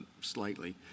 slightly